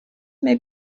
may